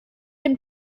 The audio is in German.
dem